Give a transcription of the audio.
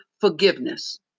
forgiveness